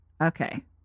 Okay